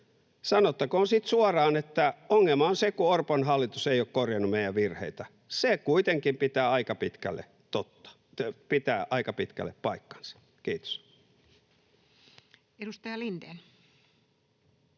Sanottakoon sitten suoraan, että ongelma on se, kun Orpon hallitus ei ole korjannut meidän virheitä. Se kuitenkin pitää aika pitkälle paikkansa. — Kiitos. [Speech